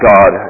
God